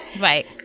right